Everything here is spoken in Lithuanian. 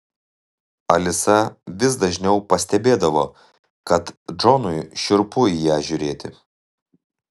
alisa vis dažniau pastebėdavo kad džonui šiurpu į ją žiūrėti